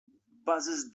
buses